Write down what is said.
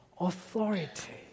authority